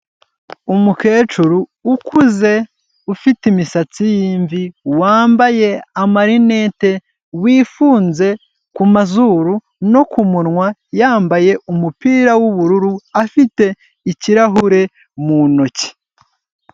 Umukecuru ukuze ufite imisatsi y'imvi wambaye amarinete wifunze ku mazuru no kumunwa yambaye umupira w'ubururu afite ikirahure mu ntoki.